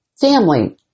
family